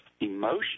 emotion